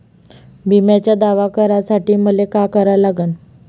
बिम्याचा दावा करा साठी मले का करा लागन?